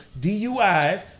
DUIs